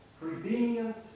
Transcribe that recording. prevenient